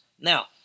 Now